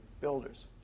builders